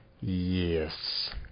Yes